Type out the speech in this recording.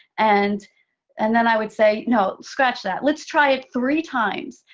and and then i would say, no, scratch that, let's try it three times,